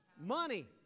money